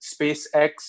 SpaceX